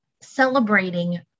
celebrating